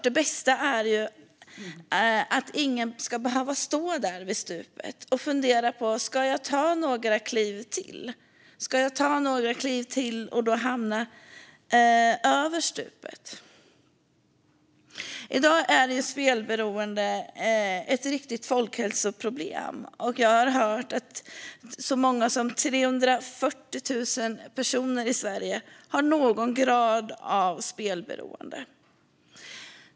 Det bästa är ju så klart att ingen ska behöva stå där vid stupet och fundera: Ska jag ta några kliv till och då hamna över stupet? I dag är spelberoende ett riktigt folkhälsoproblem. Jag har hört att så många som 340 000 personer i Sverige har någon grad av spelberoende.